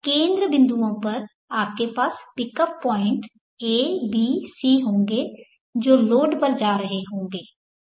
तो इस के केंद्र बिंदुओं पर आपके पास pick off point a b c होंगे जो लोड पर जा रहे होंगें